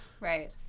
Right